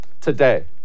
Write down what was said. today